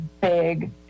big